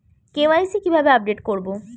KYC কিভাবে update করব?